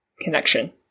connection